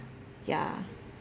ya